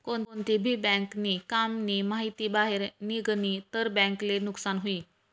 कोणती भी बँक नी काम नी माहिती बाहेर निगनी तर बँक ले नुकसान हुई